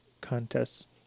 contests